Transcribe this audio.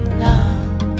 now